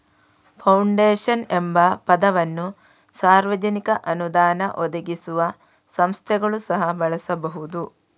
foundation ಎಂಬ ಪದವನ್ನು ಸಾರ್ವಜನಿಕ ಅನುದಾನ ಒದಗಿಸದ ಸಂಸ್ಥೆಗಳು ಸಹ ಬಳಸಬಹುದು